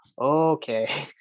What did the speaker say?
okay